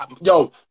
Yo